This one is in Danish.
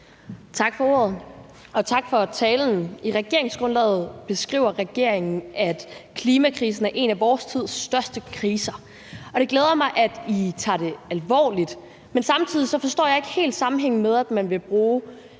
Tak for ordet, og tak for talen. I regeringsgrundlaget beskriver regeringen, at klimakrisen er en af vor tids største kriser. Det glæder mig, at I tager det alvorligt. Men samtidig forstår jeg ikke helt sammenhængen med, at man vil bruge